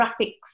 graphics